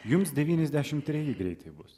jums devyniasdešimt treji greitai bus